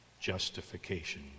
justification